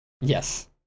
Yes